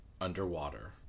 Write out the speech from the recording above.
underwater